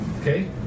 Okay